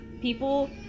people